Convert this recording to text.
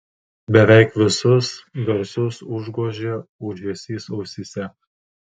beveik visus garsus užgožė ūžesys ausyse